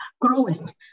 growing